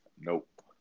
Nope